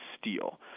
steel